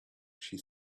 she